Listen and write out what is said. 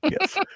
Yes